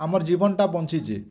ଆମର୍ ଜୀବନଟା ବଞ୍ଚିଛି